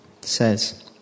says